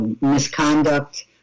misconduct